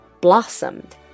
blossomed